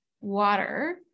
water